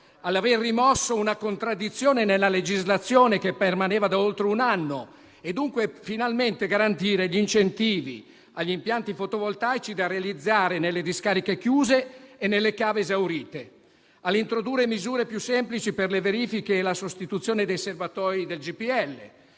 la rimozione di una contraddizione nella legislazione che permaneva da oltre un anno e, dunque, finalmente garantire gli incentivi agli impianti fotovoltaici da realizzare nelle discariche chiuse e nelle cave esaurite; l'introduzione di misure più semplici per le verifiche e la sostituzione dei serbatoi del GPL;